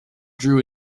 drew